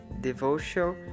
devotional